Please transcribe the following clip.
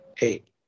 Eight